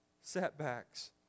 setbacks